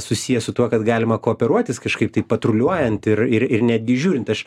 susiję su tuo kad galima kooperuotis kažkaip tai patruliuojant ir ir ir netgi žiūrint aš